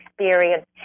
experience